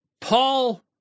Paul